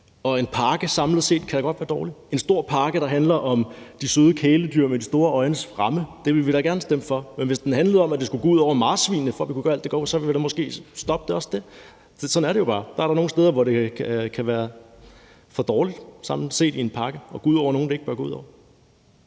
En pakke kan samlet set godt være dårlig. En stor pakke, der handler om de søde kæledyr med de store øjnes fremme, vil vi da gerne stemme for, men hvis den handlede om, at det skulle gå ud over marsvinene, for at vi kunne gøre alt det gode, ville vi da måske stoppe også det. Sådan er det jo bare. Der er da nogle steder, hvor det kan være for dårligt samlet set i en pakke og gå ud over nogle, det ikke bør gå ud over.